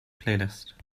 playlist